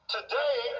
Today